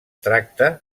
tracta